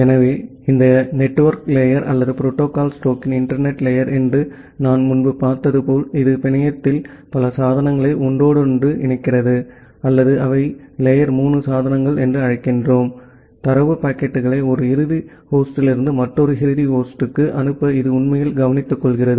எனவே இந்த network layer அல்லது புரோட்டோகால் ஸ்டேக்கின் இன்டர்நெட் லேயர் என்று நான் முன்பு பார்த்தது போல் இது பிணையத்தில் பல சாதனங்களை ஒன்றோடொன்று இணைக்கிறது அல்லது அவை லேயர் 3 சாதனங்கள் என்று அழைக்கிறோம் தரவு பாக்கெட்டுகளை ஒரு இறுதி ஹோஸ்டிலிருந்து மற்றொரு இறுதி ஹோஸ்டுக்கு அனுப்ப இது உண்மையில் கவனித்துக்கொள்கிறது